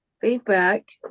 feedback